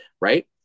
right